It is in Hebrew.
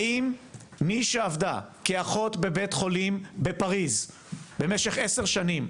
האם מי שעבדה כאחות בבית חולים בפריז במשך עשר שנים,